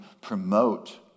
promote